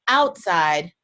outside